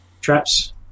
traps